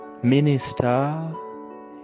Minister